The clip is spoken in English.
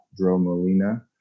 Dromolina